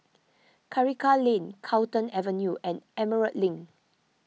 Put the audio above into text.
Karikal Lane Carlton Avenue and Emerald Link